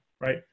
right